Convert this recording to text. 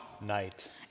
Night